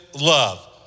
love